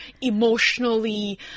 emotionally